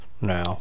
now